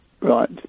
Right